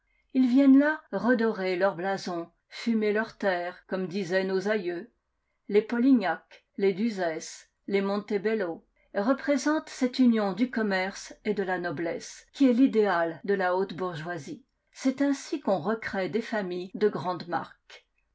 ils viennent là redorer leur blason fumer leurs terres comme disaient nos aïeux les polignac les d'uzès les montebello représentent cette union du commerce et de la noblesse qui est l'idéal de la haute bourgeoisie c'est ainsi qu'on recrée des familles de grande marque